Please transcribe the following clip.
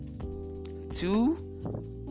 two